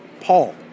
Paul